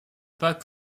pas